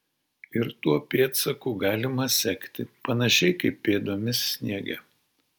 ir tuo pėdsaku galima sekti panašiai kaip pėdomis sniege